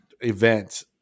event